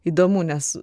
įdomu nes